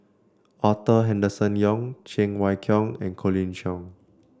Arthur Henderson Young Cheng Wai Keung and Colin Cheong